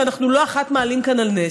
שאנחנו לא אחת מעלים כאן על נס,